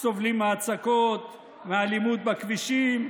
סובלים מהצקות, מאלימות בכבישים,